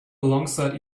alongside